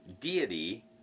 deity